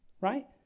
Right